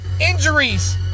Injuries